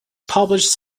published